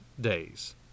days